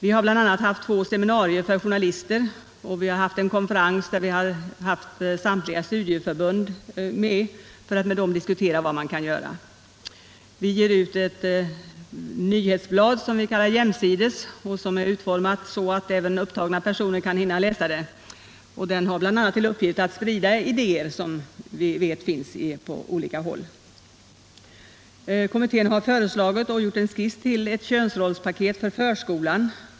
Vi har bl.a. haft två seminarier för journalister och en konferens med samtliga studieförbund för att med dem diskutera vad man kan göra. Vi ger vidare ut ett nyhetsblad som vi kallar ”Jämsides” och som är utformat så att även upptagna personer 29 skall hinna läsa det. Det har bl.a. till uppgift att sprida idéer som vi vet finns på olika håll. Kommittén har föreslagit — och har gjort en skiss till — ett könsrollspaket för förskolan.